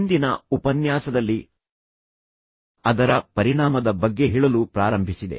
ಹಿಂದಿನ ಉಪನ್ಯಾಸದಲ್ಲಿ ಅದರ ಪರಿಣಾಮದ ಬಗ್ಗೆ ಹೇಳಲು ಪ್ರಾರಂಭಿಸಿದೆ